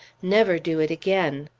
never do it again!